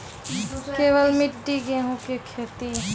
केवल मिट्टी गेहूँ की खेती?